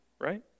right